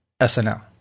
SNL